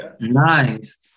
nice